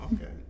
Okay